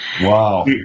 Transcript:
Wow